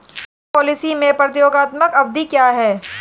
बीमा पॉलिसी में प्रतियोगात्मक अवधि क्या है?